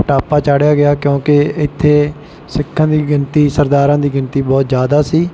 ਕੁਟਾਪਾ ਚਾੜਿਆ ਗਿਆ ਕਿਉਂਕਿ ਇੱਥੇ ਸਿੱਖਾਂ ਦੀ ਗਿਣਤੀ ਸਰਦਾਰਾਂ ਦੀ ਗਿਣਤੀ ਬਹੁਤ ਜ਼ਿਆਦਾ ਸੀ